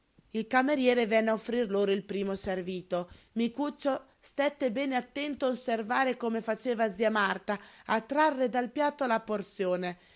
il cameriere venne a offrir loro il primo servito micuccio stette bene attento a osservare come faceva zia marta a trarre dal piatto la porzione